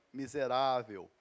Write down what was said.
miserável